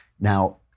Now